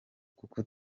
kuko